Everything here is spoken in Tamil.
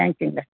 தேங்க்யூங்க